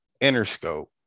Interscope